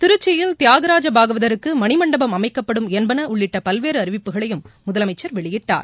திருச்சியில் தியாகராஜ பாகவதருக்கு மணிமண்டபம் அமைக்கப்படும் என்பன உள்ளிட்ட பல்வேறு அறிவிப்புகளையும் முதலமைச்சர் வெளியிட்டார்